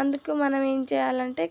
అందుకు మనం ఏమి చేయాలంటే